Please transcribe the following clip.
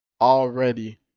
already